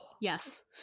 Yes